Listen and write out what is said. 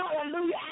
Hallelujah